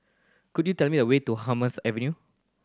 could you tell me the way to Hummers Avenue